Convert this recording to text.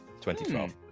2012